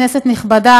כנסת נכבדה,